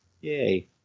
Yay